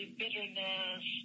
bitterness